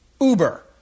Uber